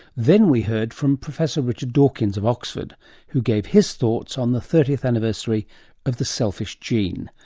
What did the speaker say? then we heard from professor richard dawkins of oxford who gave his thoughts on the thirtieth anniversary of the selfish gene,